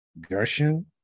Gershon